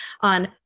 on